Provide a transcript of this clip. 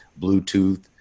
Bluetooth